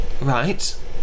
Right